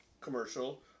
commercial